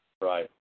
Right